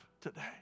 today